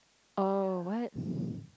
oh what